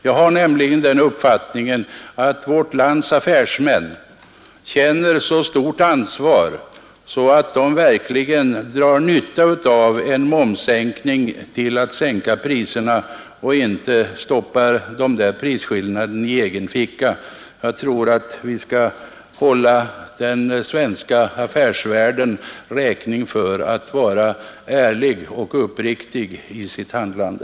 Jag har nämligen den uppfattningen att vårt lands affärsmän känner så stort ansvar att de verkligen utnyttjar en momssänkning till att sänka priserna och inte stoppar de där prisskillnaderna i egen ficka. Jag tror att vi skall hålla den svenska affärsvärlden räkning för att vara ärlig och uppriktig i sitt handlande.